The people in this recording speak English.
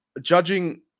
judging